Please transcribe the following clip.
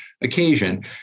occasion